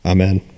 Amen